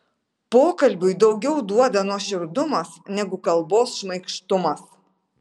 pokalbiui daugiau duoda nuoširdumas negu kalbos šmaikštumas